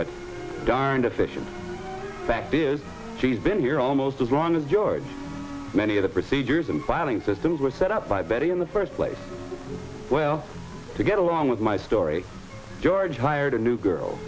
but darned efficient fact is she's been here almost as long as george many of the procedures and planning systems were set up by betty in the first place well to get along with my story george hired a new girl